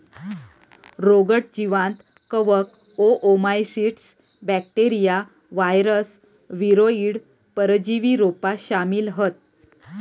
रोगट जीवांत कवक, ओओमाइसीट्स, बॅक्टेरिया, वायरस, वीरोइड, परजीवी रोपा शामिल हत